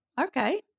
Okay